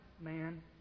man